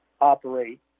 operate